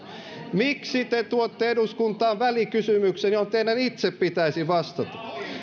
miksi te tuotte eduskuntaan välikysymyksen johon teidän itse pitäisi vastata